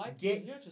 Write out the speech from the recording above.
Get